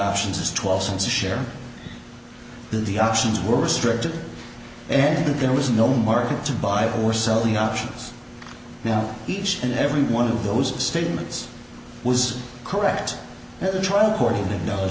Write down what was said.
options is twelve cents a share the options were restricted and there was no market to buy or sell the options now each and every one of those statements was correct and the trial court